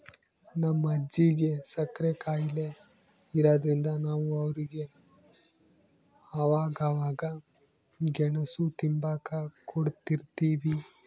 ನಮ್ ಅಜ್ಜಿಗೆ ಸಕ್ರೆ ಖಾಯಿಲೆ ಇರಾದ್ರಿಂದ ನಾವು ಅವ್ರಿಗೆ ಅವಾಗವಾಗ ಗೆಣುಸು ತಿಂಬಾಕ ಕೊಡುತಿರ್ತೀವಿ